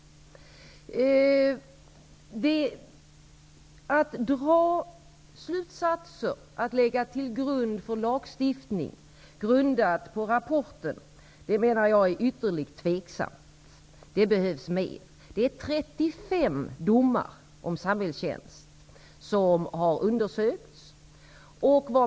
Att av rapporten dra slutsatser och lägga dessa till grund för lagstiftning, menar jag, är ytterligt tveksamt. Det behövs mer. 35 domar om samhällstjänst har undersökts.